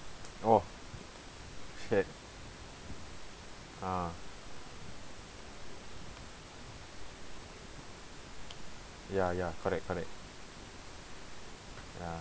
oh shit ah ya ya correct correct ya